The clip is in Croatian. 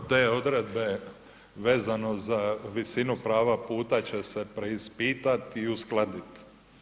Dobro, te odredbe vezano za visinu prava puta će se preispitati i uskladiti.